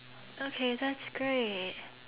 okay that is great